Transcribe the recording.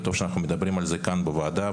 וטוב שאנחנו מדברים על זה כאן בוועדה.